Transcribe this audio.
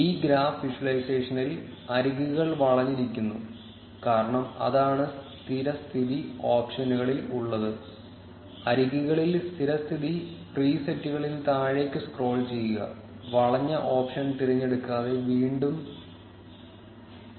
ഈ ഗ്രാഫ് വിഷ്വലൈസേഷനിൽ അരികുകൾ വളഞ്ഞിരിക്കുന്നു കാരണം അതാണ് സ്ഥിരസ്ഥിതി ഓപ്ഷനുകളിൽ ഉള്ളത് അരികുകളിൽ സ്ഥിരസ്ഥിതി പ്രീസെറ്റുകളിൽ താഴേക്ക് സ്ക്രോൾ ചെയ്യുക വളഞ്ഞ ഓപ്ഷൻ തിരഞ്ഞെടുക്കാതെ വീണ്ടും പുതുക്കുക ക്ലിക്കുചെയ്യുക